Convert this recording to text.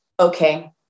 okay